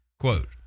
Quote